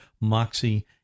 moxie